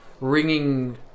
ringing